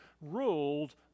ruled